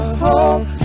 hope